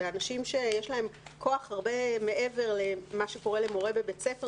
באנשים שיש להם כוח הרבה מעבר למה שקורה למורה בבית ספר